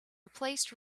replaced